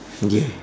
okay